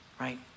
right